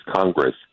Congress